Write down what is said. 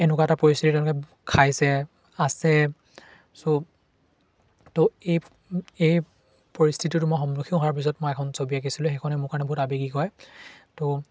এনেকুৱা এটা পৰিস্থিতি তেওঁলোকে খাইছে আছে ছ' তো এই এই পৰিস্থিতিটো মই সন্মুখীন হোৱাৰ পিছত মই এখন ছবি আঁকিছিলোঁ সেইখনেই মোৰ কাৰণে বহুত আবেগিক হয় তো